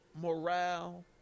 morale